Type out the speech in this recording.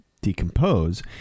decompose